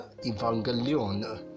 evangelion